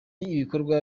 ibikorwa